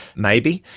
maybe.